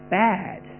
bad